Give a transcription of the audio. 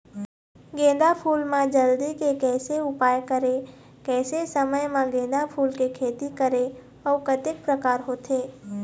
गेंदा फूल मा जल्दी के कैसे उपाय करें कैसे समय मा गेंदा फूल के खेती करें अउ कतेक प्रकार होथे?